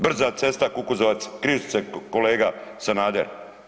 Brza cesta Kukuzovac-Križice, kolega Sanader.